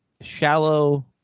shallow